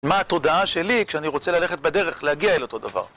מה התודעה שלי, כשאני רוצה ללכת בדרך להגיע אל אותו דבר?